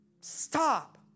stop